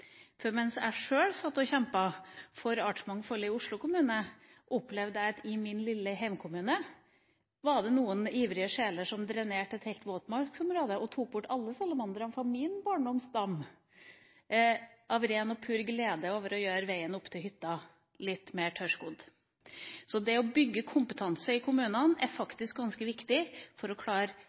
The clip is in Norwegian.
for artsmangfoldet i Oslo kommune, opplevde jeg at det i min lille heimkommune var noen ivrige sjeler som drenerte et helt våtmarksområde og tok bort alle salamandrene fra min barndoms dam – av ren og pur glede over å gjøre veien opp til hytta litt mer tørrskodd. Det å bygge kompetanse i kommunene er ganske viktig for å klare